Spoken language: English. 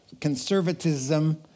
conservatism